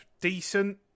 Decent